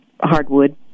hardwood